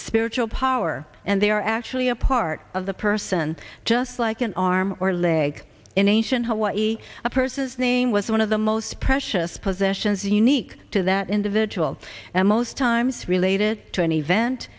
spiritual power and they are actually a part of the person just like an arm or leg in ancient hawaii a person's name was one of the most precious possessions unique to that individual and most times related to an event